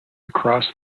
across